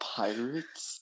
pirates